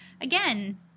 Again